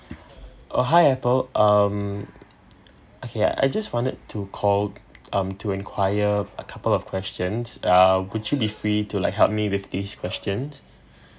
oh hi high apple um okay I just wanted to call um to inquire a couple of questions uh would you be free to like help me with these questions